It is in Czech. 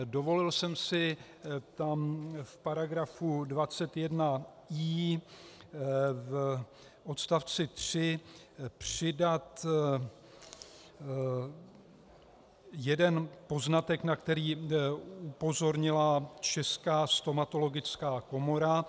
Dovolil jsem si tam v § 21i v odst. 3 přidat jeden poznatek, na který upozornila Česká stomatologická komora.